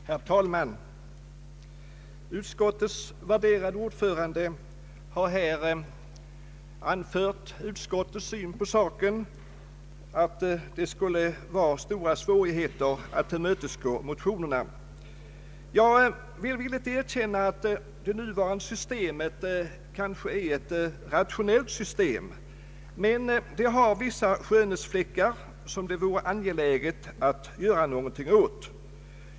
Herr talman! Utskottets värderade ordförande har här anfört utskottets syn på saken, nämligen att det skulle innebära stora svårigheter att tillmötesgå motionärerna. Jag kan villigt erkänna att det nuvarande systemet kanske är ett rationelit system, men det bar vissa skönhetsfläckar som det vore angeläget att göra något åt.